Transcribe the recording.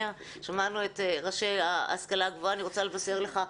שמענו את ראשי ההשכלה הגבוהה, אני רוצה לבשר לך,